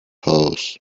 house